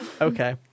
Okay